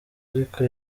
ariko